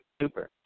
Super